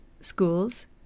schools